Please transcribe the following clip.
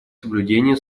соблюдение